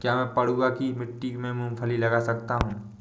क्या मैं पडुआ की मिट्टी में मूँगफली लगा सकता हूँ?